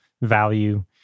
value